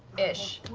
ish.